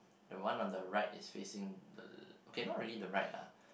the one on the right is facing uh okay not really the right lah